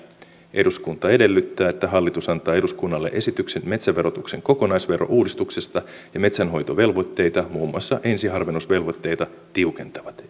eduskunta edellyttää että hallitus antaa eduskunnalle esityksen metsäverotuksen kokonaisverouudistuksesta ja metsänhoitovelvoitteita muun muassa ensiharvennusvelvoitteita tiukentavat